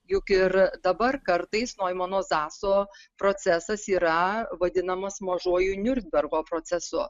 juk ir dabar kartais noimano zaso procesas yra vadinamas mažuoju niurnbergo procesu